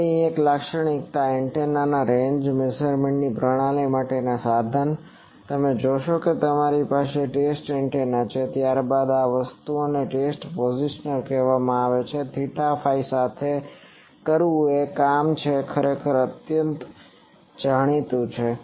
હવે અહીં એક લાક્ષણિક એન્ટેના રેન્જ મેઝરમેન્ટ પ્રણાલી માટેનાં સાધન તમે જોશો કે તમારી પાસે ટેસ્ટ એન્ટેના છે ત્યારબાદ આ વસ્તુને ટેસ્ટ પોઝિશનર કહેવામાં આવે છે થીટા ફાઈ સાથે ફરવું એ કામ છે ખરેખર અંતર જાણીતું છે